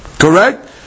Correct